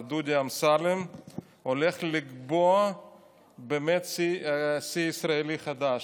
דודי אמסלם הולך לקבוע באמת שיא ישראלי חדש: